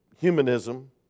humanism